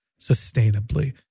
sustainably